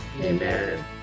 amen